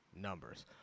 numbers